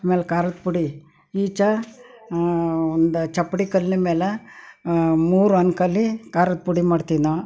ಆಮೇಲೆ ಖಾರದ ಪುಡಿ ಈಚೆ ಒಂದು ಚಪ್ಪಡಿ ಕಲ್ಲು ಮೇಲೆ ಮೂರು ಒನಕೆಲಿ ಖಾರದ ಪುಡಿ ಮಾಡ್ತೀವಿ ನಾವು